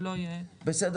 זה לא יהיה --- בסדר,